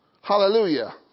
Hallelujah